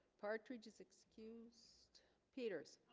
partridge is excused peters